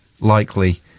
likely